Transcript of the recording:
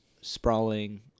sprawling